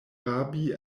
rabi